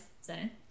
say